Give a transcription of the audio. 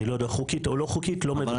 אני לא יודע חוקית או לא חוקית לא מבצע עבירה.